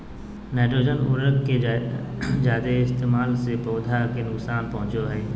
nitrogen उर्वरक के जादे इस्तेमाल से पौधा के नुकसान पहुंचो हय